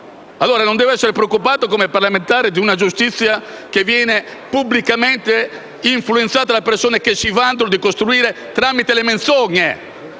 devo forse essere preoccupato come parlamentare di una giustizia che viene pubblicamente influenzata da persone che si vantano di costruirla tramite le menzogne,